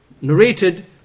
narrated